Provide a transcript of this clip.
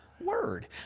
word